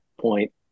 point